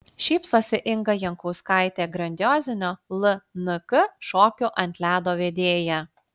šypsosi inga jankauskaitė grandiozinio lnk šokių ant ledo vedėja